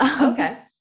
Okay